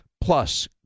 plus